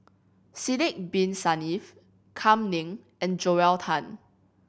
Sidek Bin Saniff Kam Ning and Joel Tan